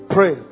Pray